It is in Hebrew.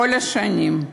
כל השנים,